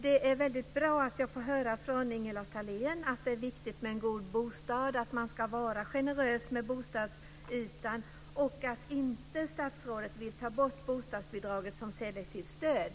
Det är väldigt bra att få höra från Ingela Thalén att det är viktigt med en god bostad och att man ska vara generös med bostadsytan liksom att statsrådet inte vill avskaffa bostadsbidraget som selektivt stöd.